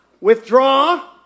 withdraw